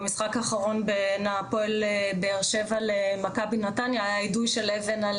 במשחק האחרון בין הפועל באר שבע למכבי נתניה היה יידוי של אבן על